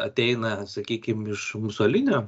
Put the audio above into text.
ateina sakykim iš musolinio